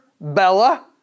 Bella